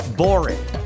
boring